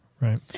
Right